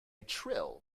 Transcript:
trill